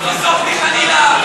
לא יעזור לך, בסוף תיכנעי לאהבה.